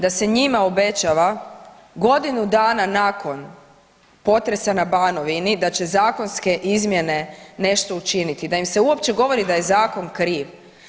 Da se njima obećava godinu dana nakon potresa na Banovini da će zakonske izmjene nešto učiniti, da im se uopće govori da je zakon kriv.